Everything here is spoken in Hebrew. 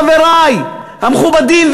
חברי המכובדים,